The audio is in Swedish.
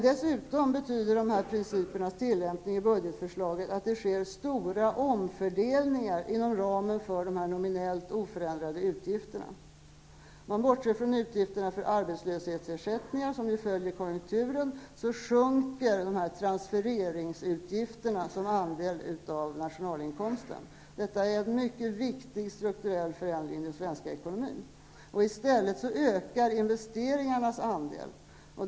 Dessutom betyder tillämpningen av dessa principer i budgetförslaget att det sker stora omfördelningar inom ramen för nominellt oförändrade utgifter. Bortsett från utgifterna för arbetslöshetsersättningar som följer konjunkturen sjunker transfereringsutgifterna som andel av nationalinkomsten. Detta är en mycket viktig strukturell förändring i den svenska ekonomin. I stället ökar investeringarnas andel.